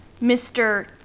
Mr